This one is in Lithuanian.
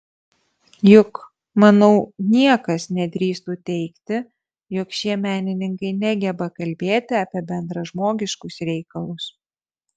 juk manau niekas nedrįstų teigti jog šie menininkai negeba kalbėti apie bendražmogiškus reikalus